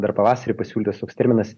dar pavasarį pasiūlytas toks terminas